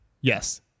Yes